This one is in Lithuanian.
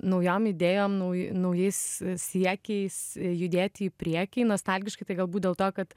naujom idėjom nauj naujais siekiais judėti į priekį nostalgiškai tai galbūt dėl to kad